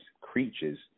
creatures